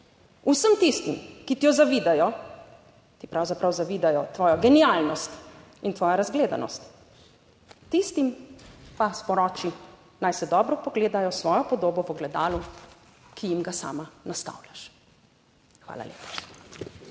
Vsem tistim, ki ti jo zavidajo, ti pravzaprav zavidajo tvojo genialnost in tvojo razgledanost. Tistim pa sporoči, naj se dobro pogledajo s svojo podobo v ogledalu, ki jim ga sama nastavljaš. Hvala lepa.